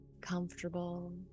comfortable